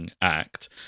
act